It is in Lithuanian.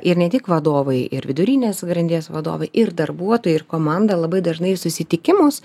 ir ne tik vadovai ir vidurinės grandies vadovai ir darbuotojai ir komanda labai dažnai susitikimus